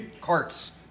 carts